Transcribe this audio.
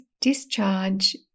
discharge